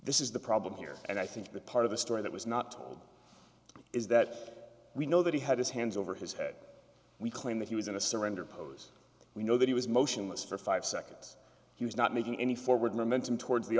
this is the problem here and i think the part of the story that was not told is that we know that he had his hands over his head we claim that he was in a surrender pose we know that he was motionless for five seconds he was not making any forward momentum towards the